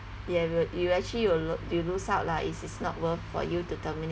ya will you actually will l~ you lose out lah it's it's not worth for you to terminate